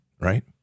right